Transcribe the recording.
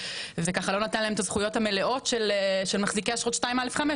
זה לא נתן להם את הזכויות המלאות של מחזיקי אשרות 2א'5,